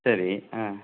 சரி ஆ